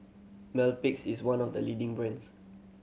Mepilex is one of the leading brands